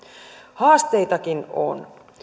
haasteitakin on